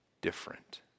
different